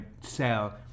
sell